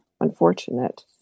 unfortunate